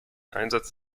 einsatz